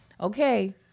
okay